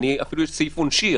אפילו יש עלי סעיף עונשין.